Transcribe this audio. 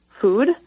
food